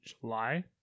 July